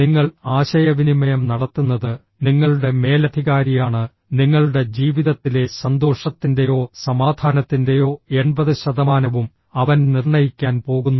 നിങ്ങൾ ആശയവിനിമയം നടത്തുന്നത് നിങ്ങളുടെ മേലധികാരിയാണ് നിങ്ങളുടെ ജീവിതത്തിലെ സന്തോഷത്തിൻ്റെയോ സമാധാനത്തിൻ്റെയോ എൺപത് ശതമാനവും അവൻ നിർണ്ണയിക്കാൻ പോകുന്നു